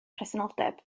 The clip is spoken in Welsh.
presenoldeb